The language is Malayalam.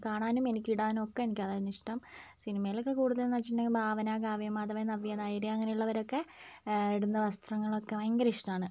കാണാനും എനിക്ക് ഇടാനുമൊക്കെ എനിക്കതാണ് ഇഷ്ടം സിനിമയിലൊക്കെ കൂടുതലുമെന്ന് വെച്ചിട്ടുണ്ടെങ്കിൽ ഭാവന കാവ്യ മാധവൻ നവ്യ നായർ അങ്ങനെ ഉള്ളവരൊക്കെ ഇടുന്ന വസ്ത്രങ്ങളൊക്കെ ഭയങ്കര ഇഷ്ടമാണ്